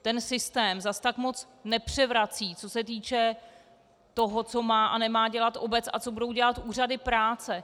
Ten systém zas tak moc nepřevrací, co se týče toho, co má a nemá dělat obec a co budou dělat úřady práce.